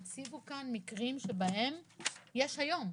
הציבו כאן מקרים שבהם יש היום,